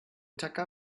tacker